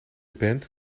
band